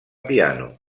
piano